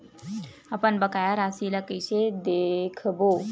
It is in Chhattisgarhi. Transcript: अपन बकाया राशि ला कइसे देखबो?